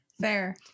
Fair